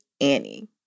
Annie